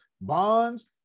bonds